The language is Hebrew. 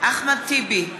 אחמד טיבי,